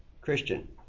Christian